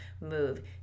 Move